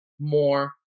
more